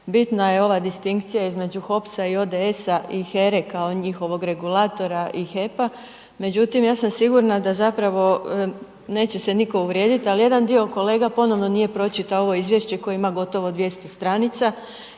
bitna je ova distinkcija između HOPS-a i ODS-a i HERE kao njihovog regulatora i HEP-a, međutim ja sam sigurna da zapravo neće se nitko uvrijediti ali jedan dio kolega ponovno nije pročitao ovo izvješće koje ima gotovo 200 stranica